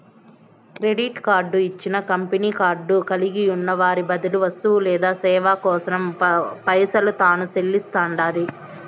credit card ఇచ్చిన company card కలిగున్న వారి బదులు వస్తువు లేదా సేవ కోసరం పైసలు తాను సెల్లిస్తండాది